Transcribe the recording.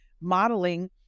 modeling